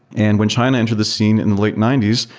and when china entered the scene in the late ninety s,